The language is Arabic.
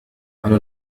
على